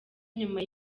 nyuma